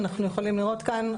אנחנו יכולים לראות כאן,